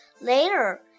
Later